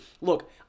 look